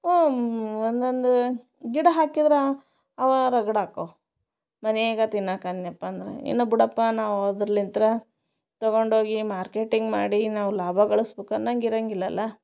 ಹ್ಞೂ ಒಂದೊಂದು ಗಿಡ ಹಾಕಿದ್ರೆ ಅವಾರ ಗಿಡ ಆಕವ್ ಮನೇಗೆ ತಿನ್ನಕ್ಕೆ ಅಂದ್ನ್ಯಪ್ಪ ಅಂದ್ರೆ ಇನ್ನು ಬಿಡಪ್ಪ ನಾವು ಅದ್ರ್ಲಿಂದ ತಗೊಂಡು ಹೋಗಿ ಮಾರ್ಕೆಟಿಂಗ್ ಮಾಡಿ ನಾವು ಲಾಭ ಗಳಿಸ್ಬೇಕ ಅನ್ನಂಗೆ ಇರಂಗಿಲ್ಲಲ್ಲ